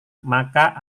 maka